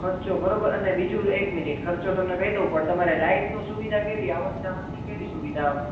ખર્ચો બરોબર અને બીજું એક મિનિટ ખર્ચો તમને કઈ દઉં પણ તમારે લાઈટનું સુવિધા કેવી આવન જાવનની કેવી સુવિધા